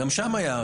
גם שם היה,